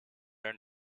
and